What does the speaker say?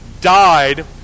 died